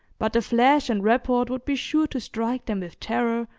but the flash and report would be sure to strike them with terror,